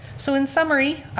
so in summary,